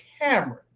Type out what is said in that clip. Cameron